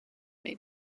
may